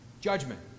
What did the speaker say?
judgment